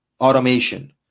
automation